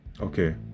Okay